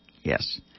Yes